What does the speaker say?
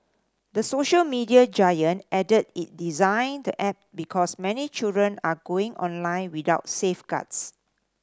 the social media giant added it designed the app because many children are going online without safeguards